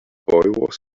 was